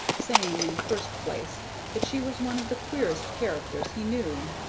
saying in the first place that she was one of the queerest characters he knew.